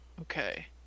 Okay